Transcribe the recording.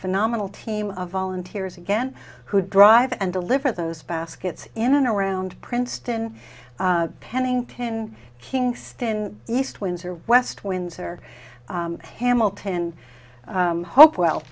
phenomenal team of volunteers again who drive and deliver those baskets in and around princeton pennington kingston east windsor west windsor hamilton hopewell